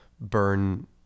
burn